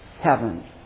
heaven